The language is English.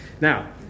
now